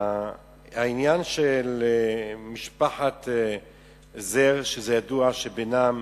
העניין של משפחת זר, ידוע שבנם